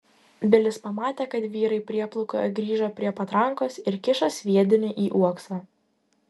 vilis pamatė kad vyrai prieplaukoje grįžo prie patrankos ir kiša sviedinį į uoksą